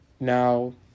Now